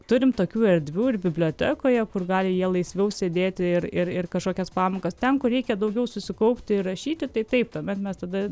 turim tokių erdvių ir bibliotekoje kur gali jie laisviau sėdėti ir ir ir kažkokias pamokas ten kur reikia daugiau susikaupti ir rašyti tai taip tuomet mes tada